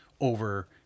over